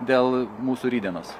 dėl mūsų rytdienos